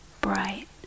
bright